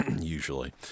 usually